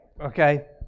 okay